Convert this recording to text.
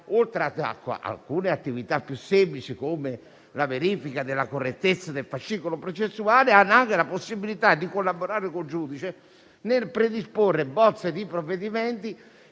oltre ad alcune attività più semplici, come la verifica della correttezza del fascicolo processuale, hanno anche la possibilità di collaborare con il giudice nel predisporre bozze di provvedimenti